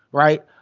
right.